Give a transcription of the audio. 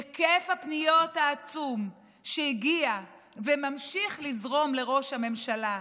היקף הפניות העצום שהגיע וממשיך לזרום לראש הממשלה,